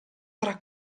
tra